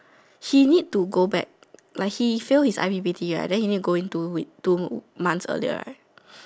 he need to go back like he fail his i_p_p_t right then he need to go in two weeks two months earlier right